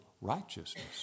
Righteousness